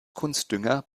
kunstdünger